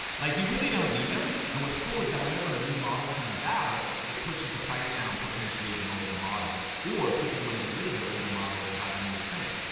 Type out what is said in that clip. like you really don't need them, and what's cool is that whenever a new model comes out, it pushes the price down potentially of an older model, or people wanna get rid of their older model to buy the newest thing.